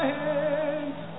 hands